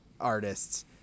artists